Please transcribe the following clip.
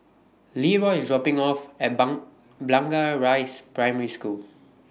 Leroy IS dropping Me off At Blangah Rise Primary School